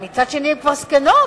אבל מצד שני הן כבר זקנות,